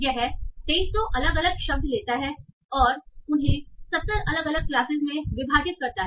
यह 2300 अलग अलग शब्द लेता है और उन्हें 70 अलग अलग क्लासेस में विभाजित करता है